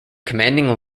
commanding